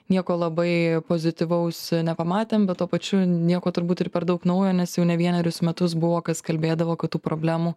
nieko labai pozityvaus nepamatėm bet tuo pačiu nieko turbūt ir per daug naujo nes jau ne vienerius metus buvo kas kalbėdavo kad tų problemų